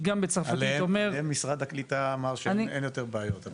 עליהם משרד הקליטה אמר שאין יותר בעיות.